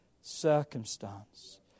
circumstance